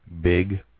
Big